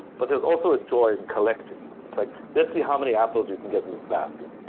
but there's also a joy in collecting. it's like, let's see how many apples you can get in this basket.